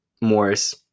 Morris